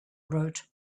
wrote